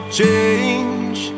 change